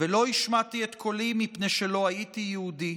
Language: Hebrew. ולא השמעתי את קולי, מפני שלא הייתי יהודי,